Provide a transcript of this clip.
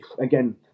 Again